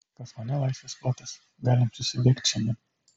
pas mane laisvas plotas galim susibėgt šiandien